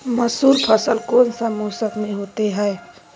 मसूर फसल कौन सा मौसम में होते हैं?